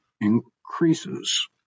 increases